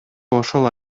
ошол